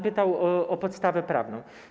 Pan pytał o podstawę prawną.